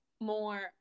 more